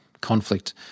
conflict